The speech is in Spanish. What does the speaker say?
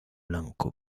blanco